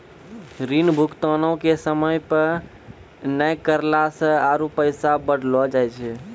ऋण भुगतानो के समय पे नै करला से आरु पैसा बढ़लो जाय छै